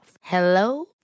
Hello